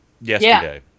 yesterday